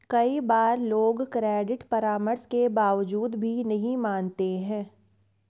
कई बार लोग क्रेडिट परामर्श के बावजूद भी नहीं मानते हैं